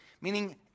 Meaning